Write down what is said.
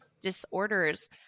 disorders